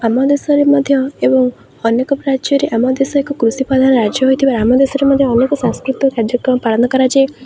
ଆମ ଦେଶରେ ମଧ୍ୟ ଏବଂ ଅନେକ ରାଜ୍ୟରେ ଆମ ଦେଶ ଏକ କୃଷି ପ୍ରାଧାନ ରାଜ୍ୟ ହୋଇଥିବାରୁ ଆମ ଦେଶରେ ମଧ୍ୟ ଅନେକ ସାଂସ୍କୃତିକ କାର୍ଯ୍ୟକ୍ରମ ପାଳନ କରାଯାଏ